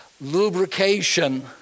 lubrication